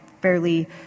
fairly